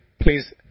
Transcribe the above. please